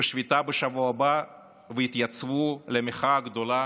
בשביתה בשבוע הבא ויתייצבו למחאה הגדולה